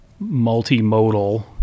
multimodal